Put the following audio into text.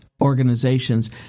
organizations